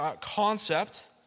concept